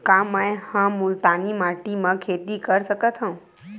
का मै ह मुल्तानी माटी म खेती कर सकथव?